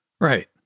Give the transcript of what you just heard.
Right